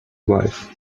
wife